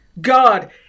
God